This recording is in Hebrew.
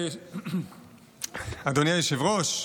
אדוני היושב-ראש,